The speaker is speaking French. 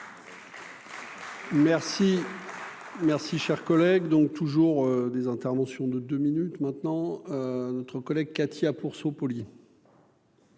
Merci. Merci, cher collègue, donc toujours des interventions de deux minutes maintenant notre collègue Katia pour.